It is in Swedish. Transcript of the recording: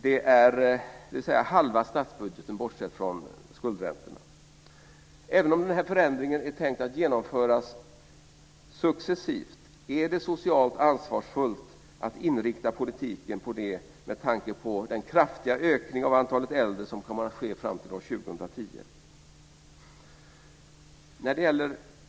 Det är halva statsbudgeten bortsett från skuldräntorna. Är det socialt ansvarsfullt att inrikta politiken på detta, även om den här förändringen är tänkt att genomföras successivt, med tanke på den kraftiga ökning av antalet äldre som kommer att ske fram till år 2010?